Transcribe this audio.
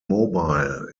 mobile